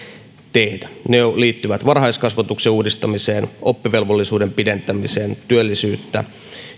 tehdä ne liittyvät varhaiskasvatuksen uudistamiseen oppivelvollisuuden pidentämiseen työllisyyttä